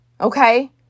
okay